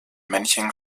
männchen